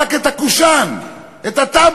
רק את הקושאן, את הטאבו,